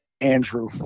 Andrew